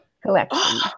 collection